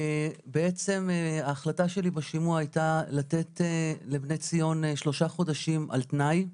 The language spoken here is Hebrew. בעצם ההחלטה שלי בשימוע הייתה לתת ל- "בני ציון" שלוש חודשים על תנאי,